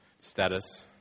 status